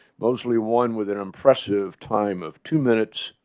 mosley one with an impressive time of two minutes.